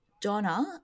Donna